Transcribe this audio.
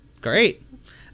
great